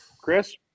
Chris